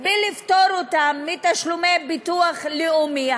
לפטור אותם מתשלומי ביטוח לאומי.